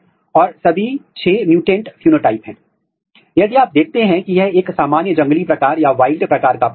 तो short root gene Arabidopsis में जड़ के विकास के लिए महत्वपूर्ण है